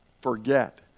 forget